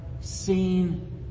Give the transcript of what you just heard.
seen